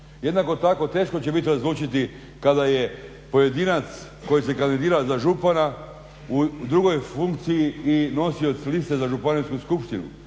Jednako tako teško će biti razlučiti kada je pojedinca koji se kandidira za župana u drugoj funkciji i nosiocu liste za županijsku skupštinu.